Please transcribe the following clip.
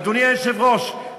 אדוני היושב-ראש,